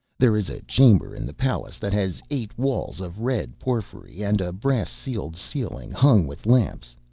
there is a chamber in the palace that has eight walls of red porphyry, and a brass-sealed ceiling hung with lamps.